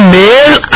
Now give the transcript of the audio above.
male